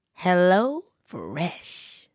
HelloFresh